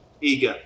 eager